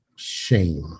shame